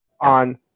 on